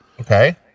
okay